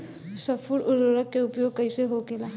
स्फुर उर्वरक के उपयोग कईसे होखेला?